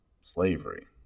slavery